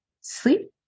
sleep